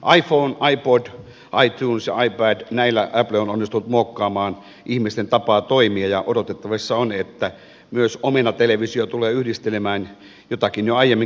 iphone ipod itunes ja ipad näillä apple on onnistunut muokkaamaan ihmisten tapaa toimia ja odotettavissa on että myös omenatelevisio tulee yhdistelemään jotakin jo aiemmin keksittyä